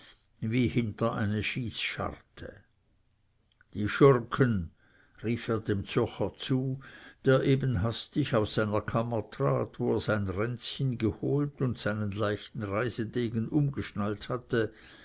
wie hinter eine schießscharte die schurken rief er dem zürcher zu der eben hastig aus seiner kammer trat wo er sein ränzchen geholt und seinen leichten reisedegen umgeschnallt hatte